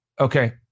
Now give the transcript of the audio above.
Okay